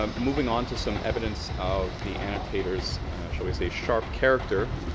um moving on to some evidence of the annotators shall we say sharp character.